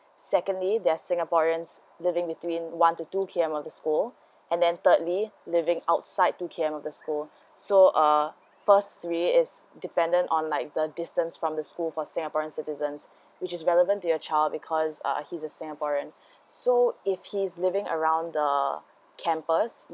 secondly they're singaporeans living between one to two K_M of the school and then thirdly living outside two K_M of the school so uh first three is dependent on like the distance from the school for singaporean citizens which is relevant to your child because uh he's a singaporean so if he is living around the campus um